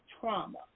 trauma